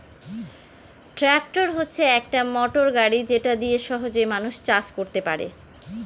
tractor হচ্ছে একটি motor গাড়ি যেটা দিয়ে সহজে মানুষ চাষ করতে পারে